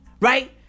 right